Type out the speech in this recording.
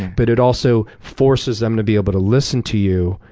but it also forces them to be able to listen to you,